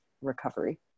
recovery